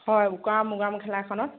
হয় উকা মুগা মেখেলা এখনত